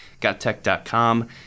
GotTech.com